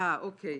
אוקיי.